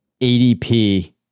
ADP